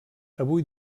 avui